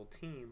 team